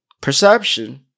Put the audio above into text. Perception